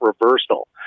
Reversal